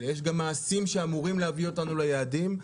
יש גם מעשים שאמורים להביא אותנו ליעדים,